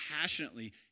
passionately